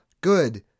good